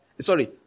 Sorry